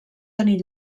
tenir